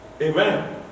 Amen